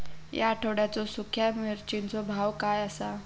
या आठवड्याचो सुख्या मिर्चीचो भाव काय आसा?